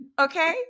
Okay